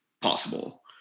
possible